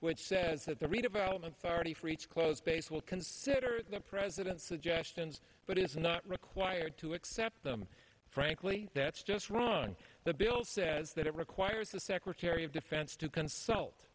which says that the redevelopment already free to close space will consider the president's suggestions but it is not required to accept them frankly that's just wrong the bill says that it requires the secretary of defense to consult